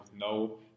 no